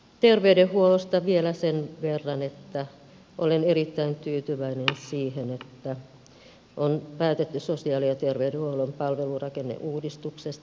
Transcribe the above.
terveydenhuollosta vielä sen verran että olen erittäin tyytyväinen siihen että on päätetty sosiaali ja terveydenhuollon palvelurakenneuudistuksesta